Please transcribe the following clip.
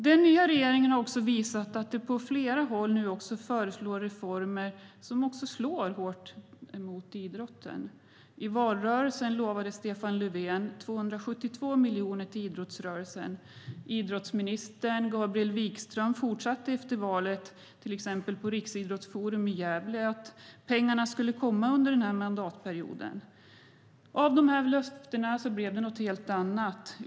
Den nya regeringen föreslår nu reformer på flera håll, som också slår hårt mot idrotten. I valrörelsen lovade Stefan Löfven 272 miljoner till idrottsrörelsen. Idrottsminister Gabriel Wikström fortsatte efter valet att lova, till exempel på Riksidrottsforum i Gävle, att pengarna skulle komma under denna mandatperiod. Av dessa löften blev det något helt annat.